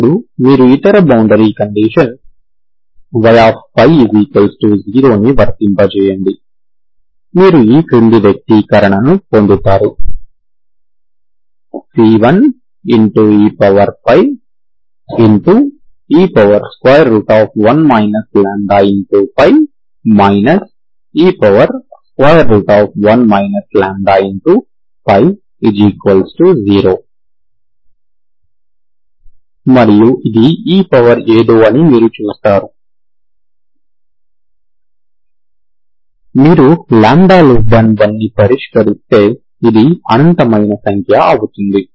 ఇప్పుడు మీరు ఇతర బౌండరీ కండీషన్ yπ 0 ని వర్తింపజేయండి మీరు ఈ క్రింది వ్యక్తీకరణను పొందుతారు c1ee1 λ e1 λ0 మరియు ఇది e పవర్ ఏదో అని మీరు చూస్తారు మీరు λ1ని పరిష్కరిస్తే ఇది అనంతమైన సంఖ్య అవుతుంది